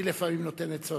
אני לפעמים נותן עצות,